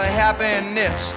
happiness